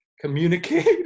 communicate